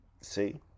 see